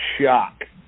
shock